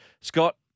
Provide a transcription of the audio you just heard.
Scott